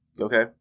Okay